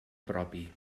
propi